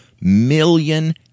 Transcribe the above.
million